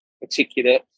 particular